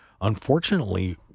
unfortunately